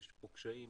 יש פה קשיים,